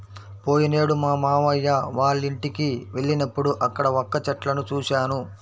పోయినేడు మా మావయ్య వాళ్ళింటికి వెళ్ళినప్పుడు అక్కడ వక్క చెట్లను చూశాను